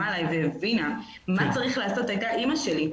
עלי והבינה מה צריך לעשות הייתה אימא שלי,